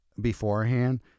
beforehand